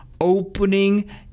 opening